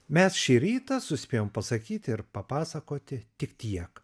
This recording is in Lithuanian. mes šį rytą suspėjom pasakyti ir papasakoti tik tiek